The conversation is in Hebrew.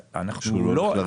שהוא לא הולך לרדת.